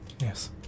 Yes